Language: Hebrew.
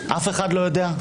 אף אחד לא יודע?